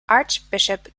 archbishop